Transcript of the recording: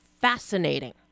fascinating